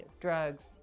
drugs